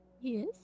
Yes